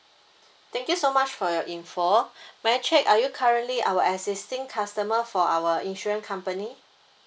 thank you so much for your info may I check are you currently our existing customer for our insurance company